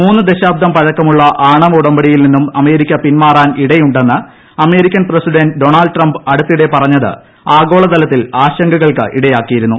മൂന്ന് ദശാബ്ദം പഴക്കമുള്ള ആണവ ഉടമ്പടിയിൽ നിന്നും അമേരിക്ക പിൻമാറാൻ ഇടയുണ്ടെന്ന് അമേരിക്കൻ പ്രസിഡന്റ് ഡൊണാൾഡ് ട്രംപ് അടുത്തിടെ പറഞ്ഞത് ആഗോളതലത്തിൽ ആശങ്കകൾക്ക് ഇടയാക്കിയിരുന്നു